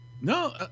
no